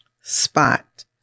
spot